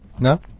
No